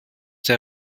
der